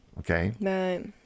Okay